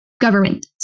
government